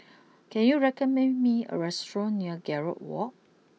can you recommend me a restaurant near Gallop walk